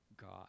God